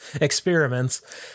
experiments